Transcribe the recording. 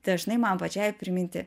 dažnai man pačiai priminti